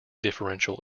differential